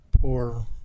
poor